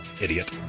idiot